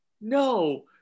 No